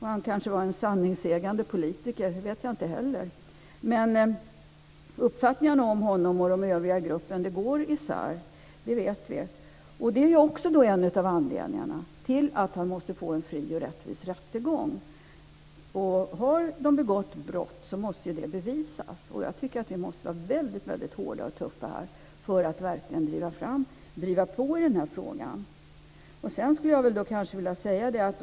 Han kanske var en sanningssägande politiker - det vet jag inte heller. Men uppfattningarna om honom och de övriga i gruppen går isär - det vet vi. Det är en av anledningarna till att jag tycker att han måste få en fri och rättvis rättegång. Har de begått ett brott måste det bevisas. Jag tycker att vi måste vara väldigt hårda och tuffa här för att verkligen driva på i den här frågan.